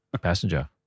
passenger